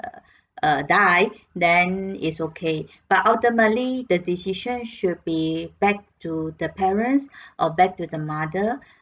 err die then is okay but ultimately the decision should be back to the parents or back to the mother